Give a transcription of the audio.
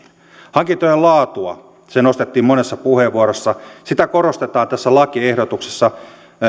hankintojen laatua se nostettiin monessa puheenvuorossa korostetaan tässä lakiehdotuksessa